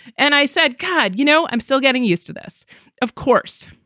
and i said, god, you know, i'm still getting used to this of course,